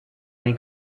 nei